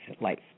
life